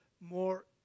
more